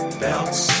belts